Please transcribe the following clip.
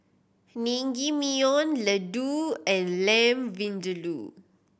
Naengmyeon Ladoo and Lamb Vindaloo